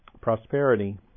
prosperity